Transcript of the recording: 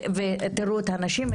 תיראו את הנשים,